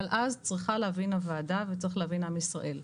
אבל אז צריכה להבין הוועדה וצריך להבין עם ישראל,